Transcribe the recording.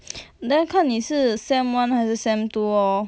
then 看你是 sem one 还是 sem two orh